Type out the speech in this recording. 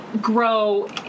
grow